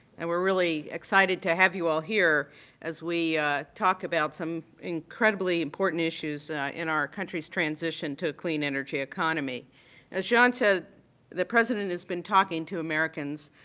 and we're really excited to have you all here as we talk about some incredibly important issues in our country's transition to a clean energy economy. now as john said the president has been talking to americans